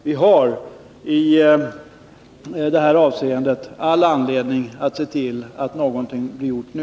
Vi har alltså all anledning att se till att någonting blir gjort nu.